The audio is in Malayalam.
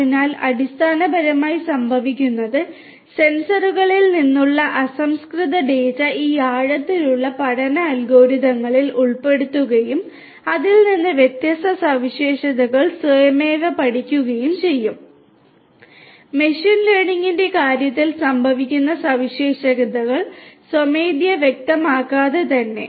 അതിനാൽ അടിസ്ഥാനപരമായി സംഭവിക്കുന്നത് സെൻസറുകളിൽ നിന്നുള്ള അസംസ്കൃത ഡാറ്റ ഈ ആഴത്തിലുള്ള പഠന അൽഗോരിതങ്ങളിൽ ഉൾപ്പെടുത്തുകയും അതിൽ നിന്ന് വ്യത്യസ്ത സവിശേഷതകൾ സ്വയമേവ പഠിക്കുകയും ചെയ്യും മെഷീൻ ലേണിംഗിന്റെ കാര്യത്തിൽ സംഭവിക്കുന്ന സവിശേഷതകൾ സ്വമേധയാ വ്യക്തമാക്കാതെ തന്നെ